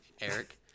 eric